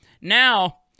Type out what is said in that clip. now